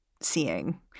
seeing